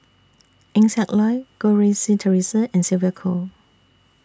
Eng Siak Loy Goh Rui Si Theresa and Sylvia Kho